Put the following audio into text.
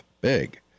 big